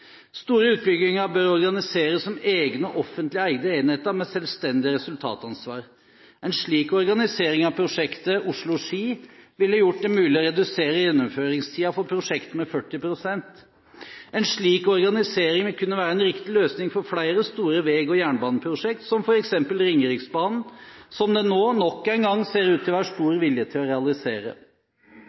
Store utbygginger bør organiseres som egne offentlig eide enheter med selvstendig resultatansvar. En slik organisering av prosjektet Oslo–Ski ville gjort det mulig å redusere gjennomføringstiden for prosjektet med 40 pst. En slik organisering vil kunne være en riktig løsning for flere store vei- og jernbaneprosjekter som f.eks. Ringeriksbanen, som det nå nok en gang ser ut til å være stor vilje til å realisere.